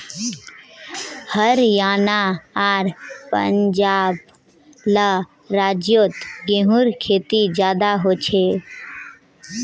हरयाणा आर पंजाब ला राज्योत गेहूँर खेती ज्यादा होछे